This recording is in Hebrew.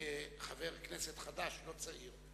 כחבר כנסת חדש, הוא לא צעיר,